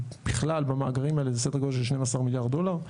בכלל במאגרים האלה זה סדר גודל של 12 מיליארד דולר.